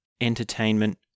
entertainment